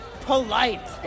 polite